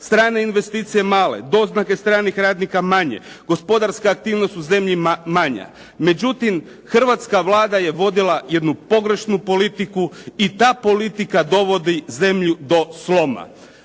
Strane investicije male, doznake stranih radnika manje, gospodarska aktivnost u zemlji manja. Međutim, hrvatska Vlada je vodila jednu pogrešnu politiku i ta politika dovodi zemlju do sloma,